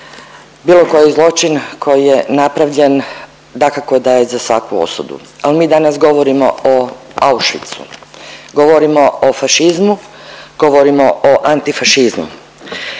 bilo koji zločin koji je napravljen, dakako da je za svaku osudu. Ali mi danas govorimo o Auschwitz, govorimo o fašizmu, govorimo o antifašizmu.